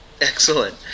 excellent